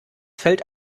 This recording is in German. fällt